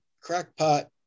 crackpot